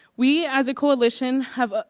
we as a coalition have ah